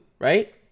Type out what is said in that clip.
Right